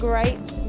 great